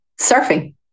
surfing